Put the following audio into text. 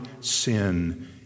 sin